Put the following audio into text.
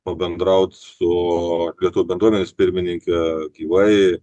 pabendraut su lietuvių bendruomenės pirmininke gyvai